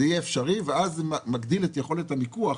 זה יהיה אפשרי, ואז זה מגדיל את יכולת המיקוח.